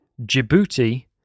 Djibouti